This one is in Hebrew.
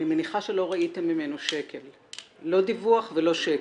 אני מניחה שלא ראיתם ממנו לא דיווח ולא שקל.